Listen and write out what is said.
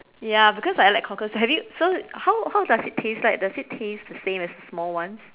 ya because I like cockles have you so how how does it taste like does it taste the same as the small ones